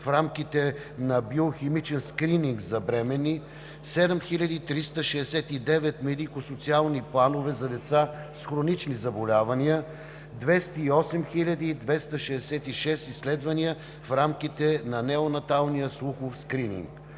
в рамките на биохимичен скрининг за бременни; 7369 медико-социални планове за деца с хронични заболявания; 208 266 изследвания в рамките на неонаталния слухов скрининг.